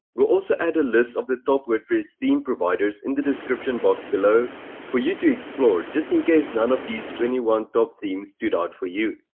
we'll also add a list of the top wordpress theme providers in the description box below for you to explore just in case none of these twenty one top themes stood out for you.